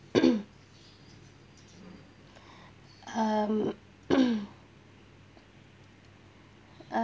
um uh